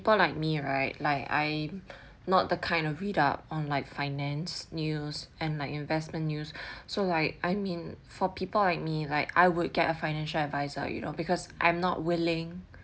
people like me right like I'm not the kind of read up on like finance news and like investment news so like I mean for people like me like I would get a financial adviser you know because I'm not willing